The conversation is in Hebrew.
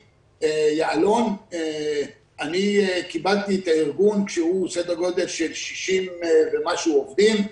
יעלון אני קיבלתי את הארגון כשהוא סדר גודל של 60 ומשהו עובדים.